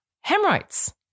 hemorrhoids